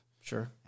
Sure